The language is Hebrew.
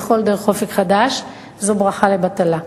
בגלל התשובה שניתנת כביכול דרך "אופק חדש" היא ברכה לבטלה,